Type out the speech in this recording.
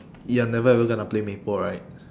you're never ever gonna play maple right